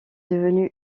devenu